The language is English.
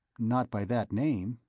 not by that name.